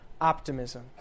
optimism